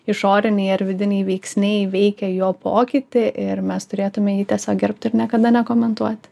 išoriniai ar vidiniai veiksniai veikia jo pokytį ir mes turėtume jį tiesiog gerbt ir niekada nekomentuoti